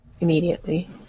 immediately